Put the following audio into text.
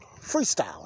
freestyling